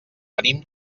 venim